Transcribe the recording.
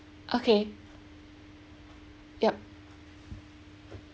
okay yup